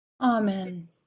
Amen